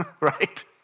right